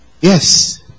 Yes